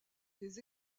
des